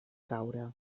caure